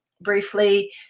briefly